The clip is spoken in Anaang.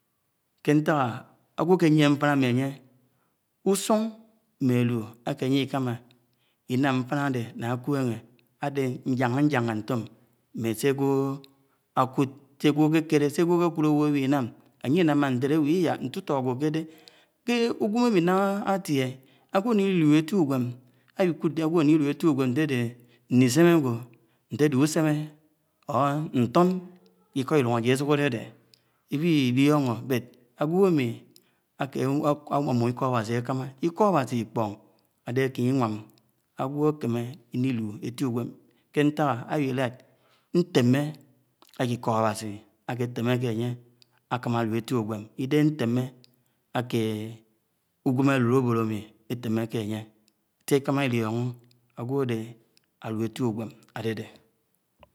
. àmi iwo̱ kè àgwo̱ àlu etti ùgwem kè nkanakè àyen ñkud idehe eti ugwen igino̱do̱ ujai akpo̱iso̱ iśan èti ugwem àde nah àde àkan̄a ufo̱k àmmo̱, mme àkpedùk ànye idèm àko̱p sè ànye ãtan or àgwo̱ àyie ntina ako̱p n̄a ànye ànam. n̄tina àgwo̱ àde or àgwo̱ àkèyie ìko̱ m̃e àṉye, àfo ḱo̱m n̄a an̄ye, awi ibkàna iko̱ àde ḿme íboro àke anyè àbo̱lo̱ko̱ àgko̱ ìko̱ afo àwibe ànye n̄kpo̱ ànam la elio̱no̱ oh agino̱ am̃i àlu èti ùginem nkàk èti uginem àde awinam èben àrgwo̱ àmi àde àwinam èben òrgwo̱ àmi àde àgwo̱ awasi kè àkpanikò ke ntak mme nkps akè anye anama ḿme ikò nsigwo̱ àye àwo̱ho̱ n̄side la àtan úlo̱ iko̱ n̄te̱le èlu ugwom àmo̱ idehe akesio ugwem agwo̱ àti kè ikè ntàk ewo̱ agwo̱ alu etti ugwen, idehè nn̄a an̄ye àtie ki ìse eti ùgwen agwe àtikè kè idaha agwo ade àyiene n̄tina̱